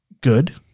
Good